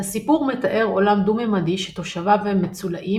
הסיפור מתאר עולם דו-ממדי שתושביו הם מצולעים